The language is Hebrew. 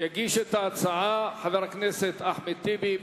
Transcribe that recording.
יגיש אותה חבר הכנסת אחמד טיבי.